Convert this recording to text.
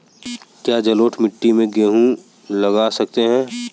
क्या जलोढ़ मिट्टी में गेहूँ लगा सकते हैं?